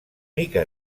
mica